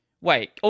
Wait